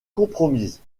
compromise